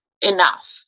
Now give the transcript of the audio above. enough